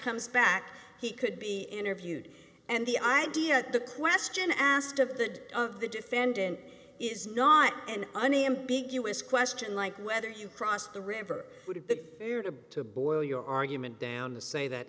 comes back he could be interviewed and the idea that the question asked of the of the defendant is not an unambiguous question like whether you cross the river to boil your argument down to say that